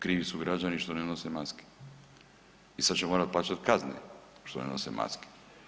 Krivi su građani što ne nose maske i sada će morat plaćati kazne što ne nose maske.